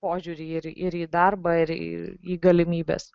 požiūrį ir ir į darbą ir į galimybes